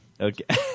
Okay